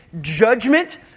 judgment